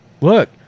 look